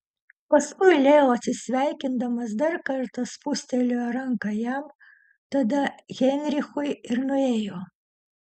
paskui leo atsisveikindamas dar kartą spustelėjo ranką jam tada heinrichui ir nuėjo